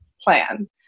plan